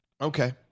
Okay